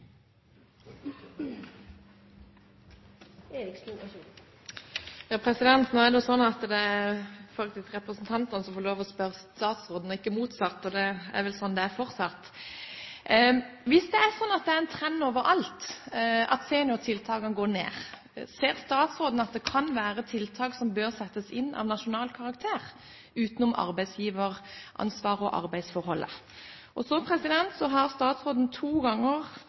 går. Det er nå sånn at det faktisk er representantene som får lov til å spørre statsråden, og ikke motsatt. Det er vel sånn det er fortsatt? Hvis det er en trend overalt at seniortiltakene går ned, ser statsråden at det kan være tiltak av nasjonal karakter som bør settes inn, utenom arbeidsgiveransvaret og arbeidsforholdet? Så har statsråden to